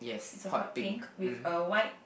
is a hot pink with a white